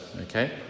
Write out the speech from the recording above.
Okay